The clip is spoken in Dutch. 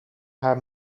haar